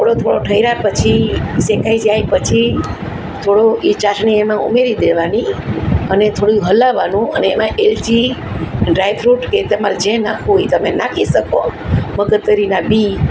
થોડો થોડો ઠર્યા પછી શેકાઈ જાય પછી થોડું એ ચાસણી એમાં ઉમેરી દેવાની અને થોડું હલાવવાનું અને એમાં એલચી ડ્રાયફ્રૂટ એ તમારે જે નાખવું હોય એ તમે નાખી શકો મગજતરીના બી